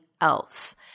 else